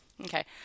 okay